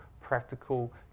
practical